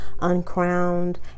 uncrowned